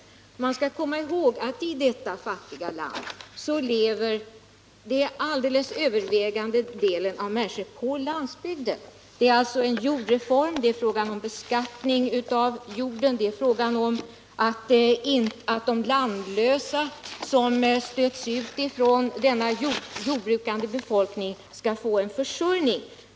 Man skall komma ihåg att i detta fattiga land lever den alldeles övervägande delen av människorna på landsbygden. Vad som krävs är alltså en jordreform, beskattning av jorden och att de landlösa som stöts ut från denna jordbrukande befolkning skall få en försörjning.